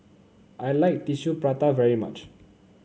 I like Tissue Prata very much